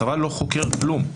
הצבא לא חוקר כלום,